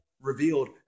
revealed